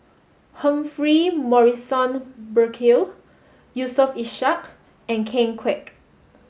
Humphrey Morrison Burkill Yusof Ishak and Ken Kwek